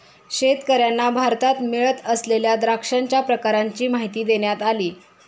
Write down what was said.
शेतकर्यांना भारतात मिळत असलेल्या द्राक्षांच्या प्रकारांची माहिती देण्यात आली